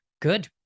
Good